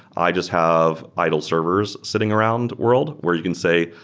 i just have idle servers sitting around world, where you can say,